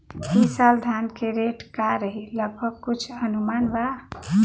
ई साल धान के रेट का रही लगभग कुछ अनुमान बा?